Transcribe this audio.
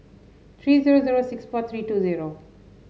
three zero zero six four three two zero